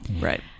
Right